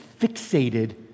fixated